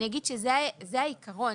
זה העיקרון,